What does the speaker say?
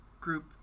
group